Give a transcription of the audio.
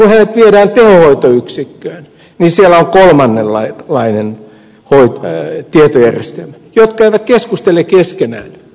kun hänet viedään tehohoitoyksikköön niin siellä on kolmannenlainen tietojärjestelmä ja ne eivät keskustele keskenään ed